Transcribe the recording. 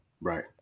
Right